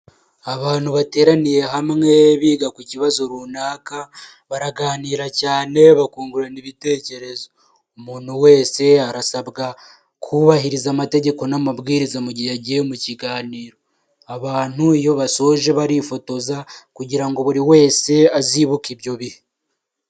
Abantu bateraniye hamwe biga ku kibazo runaka baraganira cyane bakungurana ibitekerezo, umuntu wese arasabwa kubahiriza amategeko n'amabwiriza mu gihe yagiye mu kiganiro abantu iyo basoje barifotoza kugira ngo buri wese azibuke ibyo bihe.